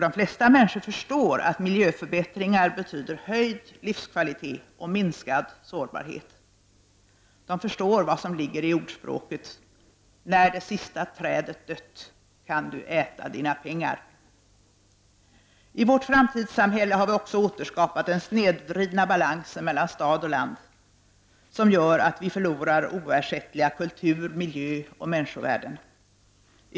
De flesta människor förstår att miljöförbättringar betyder höjd livskvalitet och minskad sårbarhet. De förstår vad som ligger i ordspråket: När det sista trädet dött kan du äta dina pengar. I vårt framtidssamhälle har vi också återskapat den snedvridna balansen mellan stad och land, som gör att oersättliga kultur-, miljöoch människovärden går förlorade.